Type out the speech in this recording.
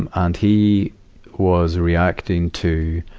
and and he was reacting to,